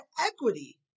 equity